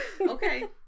Okay